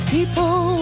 People